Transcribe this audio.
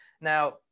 now